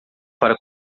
para